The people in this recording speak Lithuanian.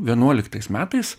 vienuoliktais metais